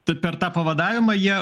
tai per tą pavadavimą jie